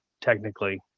technically